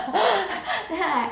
ya